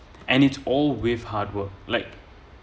and it all with hard work like